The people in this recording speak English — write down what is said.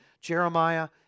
Jeremiah